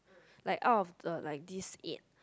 like out of the like these eight